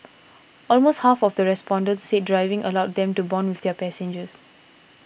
almost half of the respondents said driving allowed them to bond with their passengers